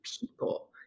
people